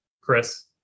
Chris